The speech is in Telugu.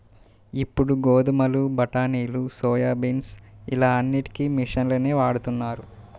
ఇప్పుడు గోధుమలు, బఠానీలు, సోయాబీన్స్ ఇలా అన్నిటికీ మిషన్లనే వాడుతున్నారు